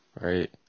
Right